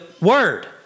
word